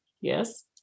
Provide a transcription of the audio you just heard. Yes